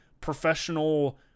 professional